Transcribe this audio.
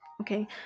okay